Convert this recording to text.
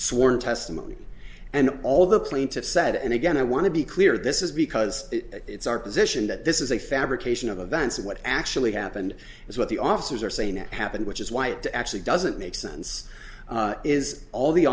sworn testimony and all the plaintiffs said and again i want to be clear this is because it's our position that this is a fabrication of events of what actually happened is what the officers are saying it happened which is why it actually doesn't make sense is all the